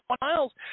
miles